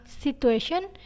situation